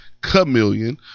Chameleon